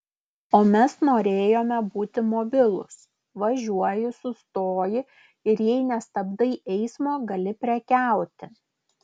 o mes norėjome būti mobilūs važiuoji sustoji ir jei nestabdai eismo gali prekiauti